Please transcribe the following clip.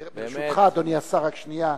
ברשותך, אדוני השר, רק שנייה.